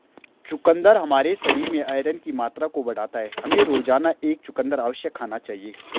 चुकंदर हमारे शरीर में आयरन की मात्रा को बढ़ाता है, हमें रोजाना एक चुकंदर अवश्य खाना चाहिए